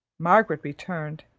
margaret returned,